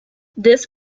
this